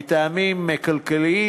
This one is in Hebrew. מטעמים כלכליים,